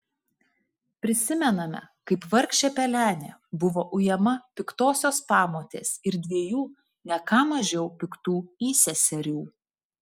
prisimename kaip vargšė pelenė buvo ujama piktosios pamotės ir dviejų ne ką mažiau piktų įseserių